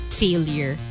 failure